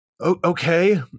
Okay